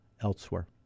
elsewhere